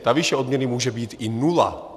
Ta výše odměny může být i nula.